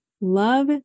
love